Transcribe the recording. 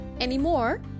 anymore